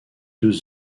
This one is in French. deux